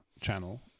channel